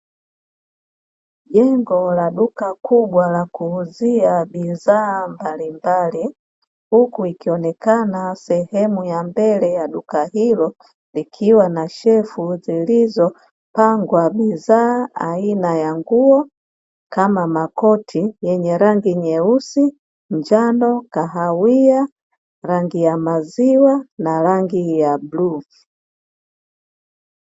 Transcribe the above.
Jengo la duka kubwa la kuuzia bidhaa mbalimbali, huku ikionekana sehemu ya mbele ya duka hilo likiwa na shelfu zilizopangwa bidhaa aina ya nguo, kama makoti yenye rangi nyeusi, njano, kahawia, rangi ya maziwa na rangi ya bluu.